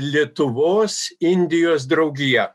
lietuvos indijos draugija